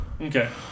Okay